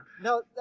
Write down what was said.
No